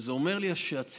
וזה אומר לי שהציבור,